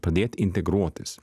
padėt integruotis